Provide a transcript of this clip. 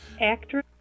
actress